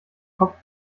kopf